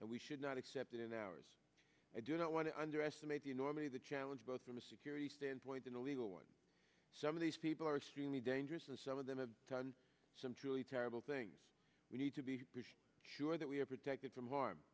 and we should not accept it in ours i do not want to underestimate the enormity of the challenge both from a security standpoint and a legal one some of these people are extremely dangerous and some of them have done some truly terrible things we need to be sure that we are protected from harm